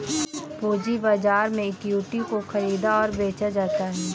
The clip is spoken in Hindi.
पूंजी बाजार में इक्विटी को ख़रीदा और बेचा जाता है